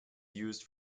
used